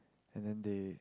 and then they